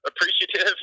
appreciative